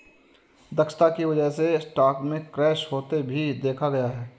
दक्षता की वजह से स्टॉक में क्रैश होते भी देखा गया है